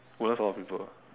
woodlands a lot of people